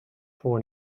pour